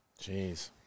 Jeez